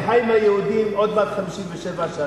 אני חי עם היהודים עוד מעט 57 שנה,